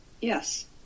Yes